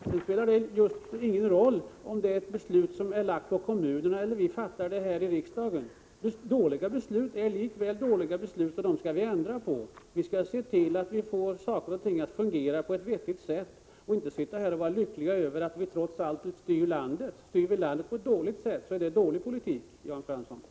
Det spelar emellertid ingen roll om besluten har lagts på kommunerna eller om vi fattar dem här i riksdagen. Dåliga beslut är likväl dåliga beslut, och dem skall vi ändra på. Vi skall se till att saker och ting fungerar på ett vettigt sätt — inte sitta här och vara lyckliga över att vi trots allt styr landet. Styr vi landet på ett dåligt sätt, är det dålig politik, Jan Fransson.